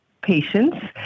patients